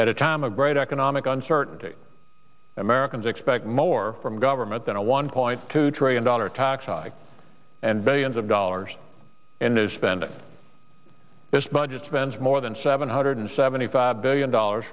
at a time of great economic uncertainty americans expect more from government than a one point two trillion dollar tax hike and billions of dollars in their spending this budget spends more than seven hundred seventy five billion dollars